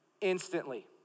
Instantly